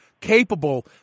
capable